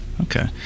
Okay